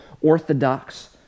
Orthodox